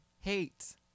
hate